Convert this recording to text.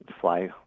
fly